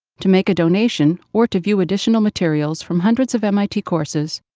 to make a donation, or to view additional materials from hundreds of mit courses,